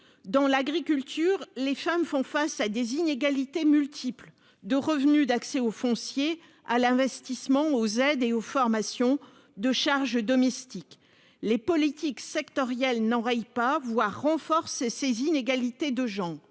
dans l'agriculture. Les femmes font face à des inégalités multiple de revenus d'accès au foncier à l'investissement aux aides et aux formations de charges domestiques, les politiques sectorielles n'enraye pas voir renforcer ces inégalités de gens